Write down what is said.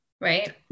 right